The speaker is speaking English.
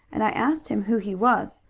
and i asked him who he was.